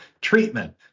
Treatment